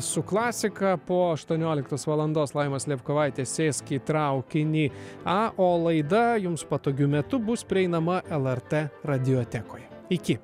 su klasika po ašuonioliktos valandos laimos lapkauskaitės sėsk į traukinį o laida jums patogiu metu bus prieinama lrt radiotekoje iki